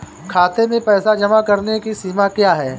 खाते में पैसे जमा करने की सीमा क्या है?